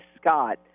Scott